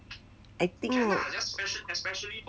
I think